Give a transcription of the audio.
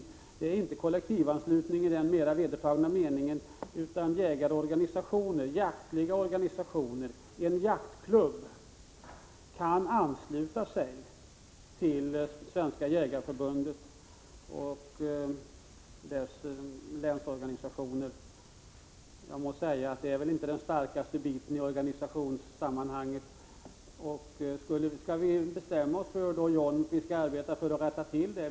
Men det är inte kollektivanslutning i den mer vedertagna meningen, utan det gäller att jaktliga organisationer och jaktklubbar kan ansluta sig till Svenska jägareförbundet och dess länsorganisationer. Jag kan väl säga att det inte är den starkaste biten i det organisationssammanhanget. Skall vi då bestämma oss, John Andersson, för att rätta till det?